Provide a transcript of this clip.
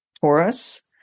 taurus